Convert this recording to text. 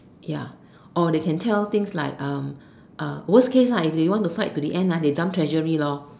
ya or they can tell things like um uh worst case lah if they want to fight to the end they dump treasury lor